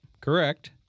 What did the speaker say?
Correct